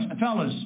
Fellas